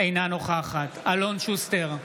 אינה נוכחת אלון שוסטר,